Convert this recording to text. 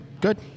good